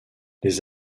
les